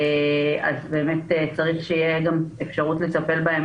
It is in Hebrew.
אז באמת צריך שתהיה אפשרות גם לטפל בהם